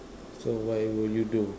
so why would you do